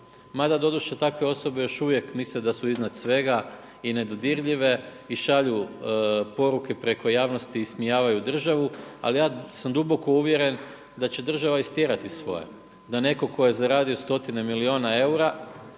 Mada doduše takve osobe još uvijek misle da su iznad svega i nedodirljive i šalju poruke preko javnosti, ismijavaju državu, ali ja sam duboko uvjeren da će država istjerati svoje. Da netko tko je zaradio stotine milijuna eura